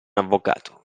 avvocato